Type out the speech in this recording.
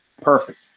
perfect